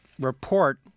report